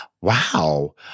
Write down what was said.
Wow